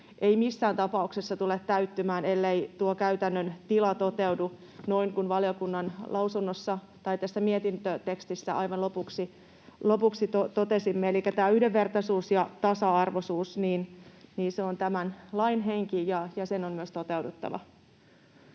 eivät missään tapauksessa tule täyttymään, ellei tuo käytännön tila toteudu noin kuin valiokunnan mietintötekstissä aivan lopuksi totesimme. Elikkä yhdenvertaisuus ja tasa-arvoisuus ovat tämän lain henki, ja niiden on myös toteuduttava.